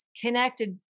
connected